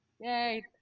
Yay